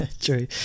True